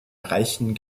erreichen